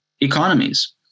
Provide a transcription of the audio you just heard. economies